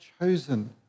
chosen